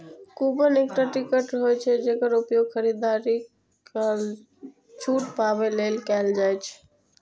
coupon एकटा ticket होइ छै, जेकर उपयोग खरीदारी काल छूट पाबै लेल कैल जाइ छै